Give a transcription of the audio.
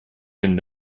den